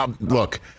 look –